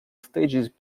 stages